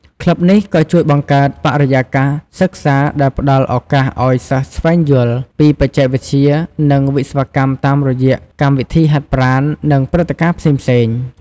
ក្លឹបនេះក៏ជួយបង្កើតបរិយាកាសសិក្សាដែលផ្តល់ឱកាសឲ្យសិស្សស្វែងយល់ពីបច្ចេកវិទ្យា និងវិស្វកម្មតាមរយៈកម្មវិធីហាត់ប្រាណ និងព្រឹត្តិការណ៍ផ្សេងៗ។